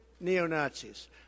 neo-Nazis